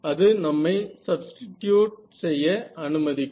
அது நம்மை சப்ஸ்டிட்யூட் செய்ய அனுமதிக்கும்